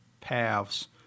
paths